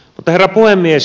herra puhemies